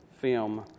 film